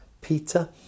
Peter